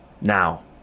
Now